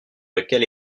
lequel